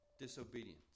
disobedience